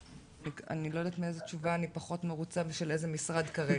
אני לא יודעת מאיזה תשובה אני פחות מרוצה ושל איזה משרד כרגע,